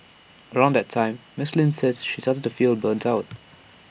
around that time miss Lin says she started to feel burnt out